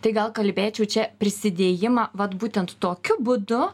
tai gal kalbėčiau čia prisidėjimą vat būtent tokiu būdu